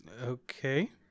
Okay